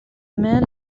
man